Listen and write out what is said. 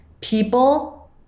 people